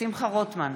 שמחה רוטמן,